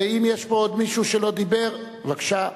אם יש פה עוד מישהו שלא דיבר, בבקשה.